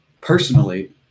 Personally